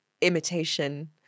imitation